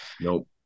Nope